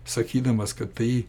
sakydamas kad tai